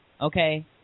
Okay